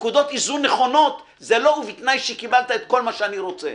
ונקודות איזון נכונות זה לא ובתנאי שקיבלת את כל מה שאני רוצה